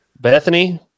Bethany